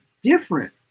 different